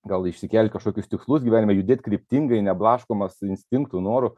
gal išsikelt kažkokius tikslus gyvenime judėt kryptingai neblaškomas instinktų norų